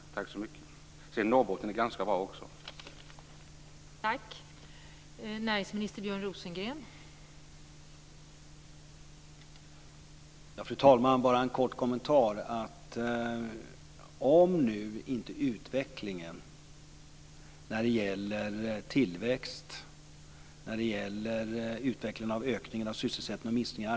Sedan vill jag säga att Norrbotten också är ganska bra.